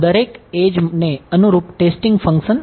વિદ્યાર્થી 5 5 એડ્જ